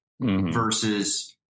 versus